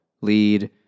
lead